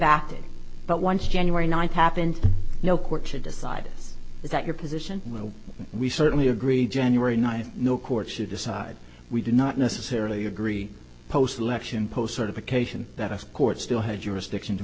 acted but once january ninth happened no court should decide that your position will we certainly agree january night no court should decide we do not necessarily agree post election post certification that us courts still have jurisdiction to